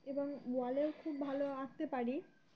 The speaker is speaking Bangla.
এবং ওয়ালেও খুব ভালো আঁকতে পারি